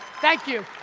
thank you.